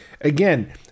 again